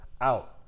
out